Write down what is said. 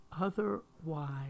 otherwise